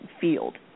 field